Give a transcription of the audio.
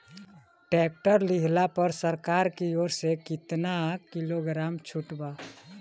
Tractor लिहला पर सरकार की ओर से केतना किलोग्राम छूट बा?